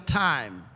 time